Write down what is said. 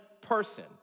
person